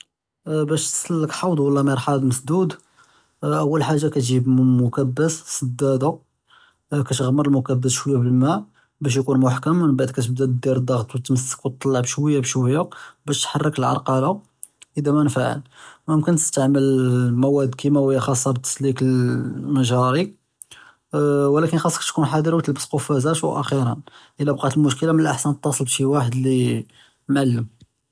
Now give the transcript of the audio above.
באש תסלכּ חוצ' ולא מרחאצ מסדוד, אול חאגה כג'יב مكבּס, סדאדה, כתע'מר אלמכבּס בּאלמא באש יכון מחכּם, מבּעד כתבּדא דיר אלדּעט ותסמק וטלּע בשויה בשויה באש תחַרכּ אלעַרקּלה, אדא מא נפע ממכּן תסתעמל מוואד כּימאויה בתסלִיק אלמג'ארי ולכּן חאצכ תכון חָד'ר ותלבּס כפאזאת, ואכִּירא אדא בּקאת אלמשכּילה מן לאחסן תאתצ'ל בשי ואחד לי מעלֶם.